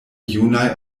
junaj